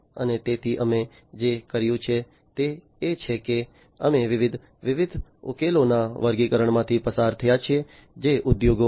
અને તેથી અમે જે કર્યું છે તે એ છે કે અમે વિવિધ વિવિધ ઉકેલોના વર્ગીકરણમાંથી પસાર થયા છીએ જે ઉદ્યોગોમાં છે